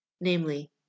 namely